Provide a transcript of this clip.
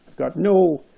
got no,